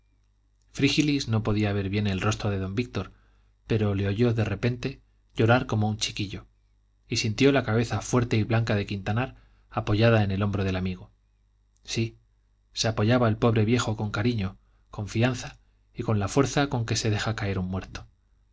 frígilis no podía ver bien el rostro de don víctor pero le oyó de repente llorar como un chiquillo y sintió la cabeza fuerte y blanca de quintanar apoyada en el hombro del amigo sí se apoyaba el pobre viejo con cariño confianza y con la fuerza con que se deja caer un muerto